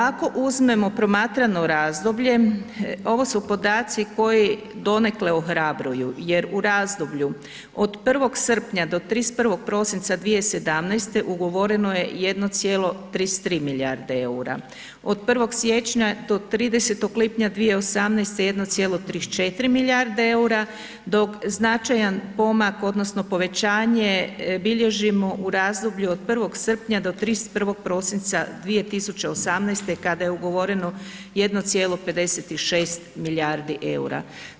Ako uzmemo promatrano razdoblje, ovo su podaci koji donekle ohrabruju jer u razdoblju od 1. srpnja do 31. prosinca 2017. ugovoreno je 1,33 milijarde EUR-a, od 1. siječnja do 30. lipnja 2018. 1,34 milijarde EUR-a, dok značajan pomak odnosno povećanje bilježimo u razdoblju od 1. srpnja do 31. prosinca 2018. kada je ugovoreno 1,56 milijardi EUR-a.